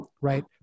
right